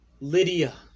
Lydia